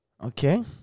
okay